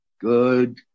good